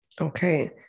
Okay